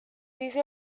these